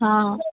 ஆ